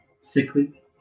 sickly